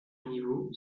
niveau